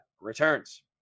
returns